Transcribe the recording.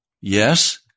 Yes